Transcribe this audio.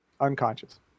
Unconscious